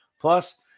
Plus